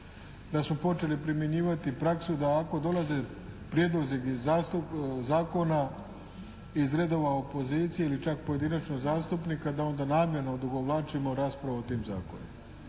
da smo počeli primjenjivati praksu da ako dolaze prijedlozi iz zakona, iz redova opozicije ili čak pojedinačno zastupnika da onda namjerno odugovlačimo raspravu o tim zakonima.